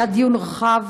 היה דיון רחב